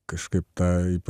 kažkaip tą